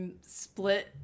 split